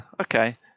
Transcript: okay